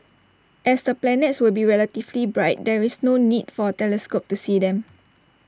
as the planets will be relatively bright there is no need for A telescope to see them